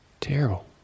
Terrible